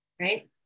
right